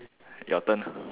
your turn